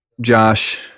Josh